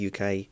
UK